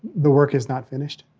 the work is not finished?